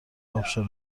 ابشار